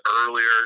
earlier